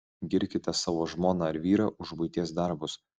girkite savo žmoną ar vyrą už buities darbus